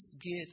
get